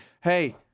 hey